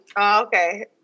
Okay